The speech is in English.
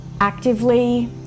actively